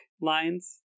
lines